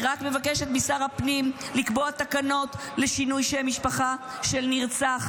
היא רק מבקשת משר הפנים לקבוע תקנות לשינוי שם משפחה של נרצח,